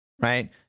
Right